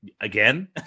again